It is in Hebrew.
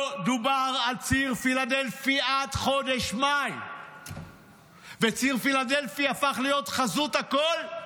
לא דובר על ציר פילדלפי עד חודש מאי וציר פילדלפי הפך להיות חזות הכול?